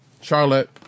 Charlotte